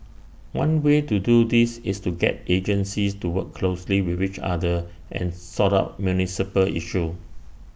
one way to do this is to get agencies to work closely with each other and sort out municipal issues